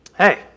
Hey